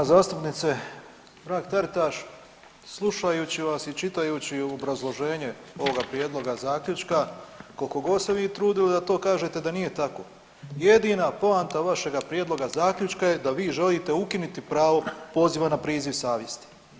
Poštovana zastupnice Mrak Taritaš, slušajući vas i čitajući obrazloženje ovoga prijedloga zaključka koliko god se vi trudili da to kažete da nije tako, jedina poanta vašega prijedloga zaključka je da vi želite ukiniti pravo poziva na priziv savjesti.